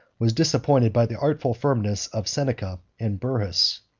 was disappointed by the artful firmness of seneca and burrhus.